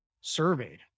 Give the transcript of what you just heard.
surveyed